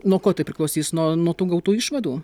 nuo ko tai priklausys nuo nuo tų gautų išvadų